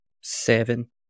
Seven